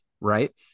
Right